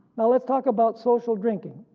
now let's talk about social drinking.